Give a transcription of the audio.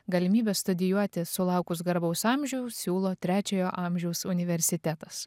galimybę studijuoti sulaukus garbaus amžiaus siūlo trečiojo amžiaus universitetas